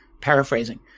paraphrasing